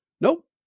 Nope